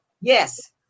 yes